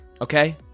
Okay